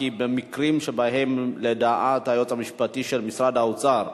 כי במקרים שבהם לדעת היועץ המשפטי של משרד האוצר,